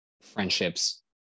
friendships